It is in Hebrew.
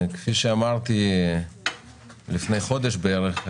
כפי שאמרתי לפני חודש בערך,